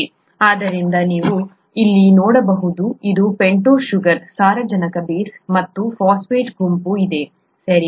ಆದ್ದರಿಂದ ನೀವು ಇಲ್ಲಿ ನೋಡಬಹುದು ಇದು ಪೆಂಟೋಸ್ ಶುಗರ್ ಸಾರಜನಕ ಬೇಸ್ ಮತ್ತು ಫಾಸ್ಫೇಟ್ ಗುಂಪು ಇದೆ ಸರಿ